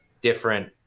different